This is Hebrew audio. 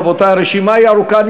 רבותי, הרשימה ארוכה.